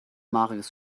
marius